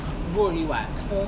go already [what] so